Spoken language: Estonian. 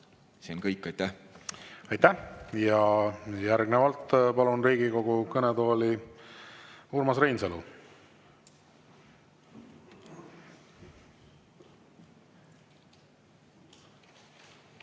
See on kõik. Aitäh! Aitäh! Järgnevalt palun Riigikogu kõnetooli Urmas Reinsalu.